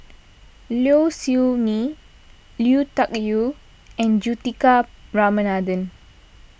Low Siew Nghee Lui Tuck Yew and Juthika Ramanathan